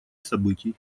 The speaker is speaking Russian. событий